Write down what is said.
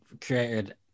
created